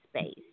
space